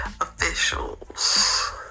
officials